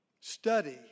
study